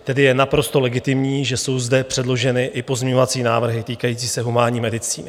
Tedy je naprosto legitimní, že jsou zde předloženy i pozměňovací návrhy týkající se humánní medicíny.